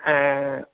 ऐं